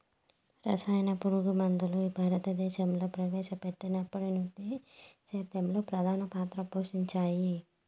రసాయన పురుగుమందులు భారతదేశంలో ప్రవేశపెట్టినప్పటి నుండి సేద్యంలో ప్రధాన పాత్ర పోషించాయి